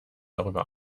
darüber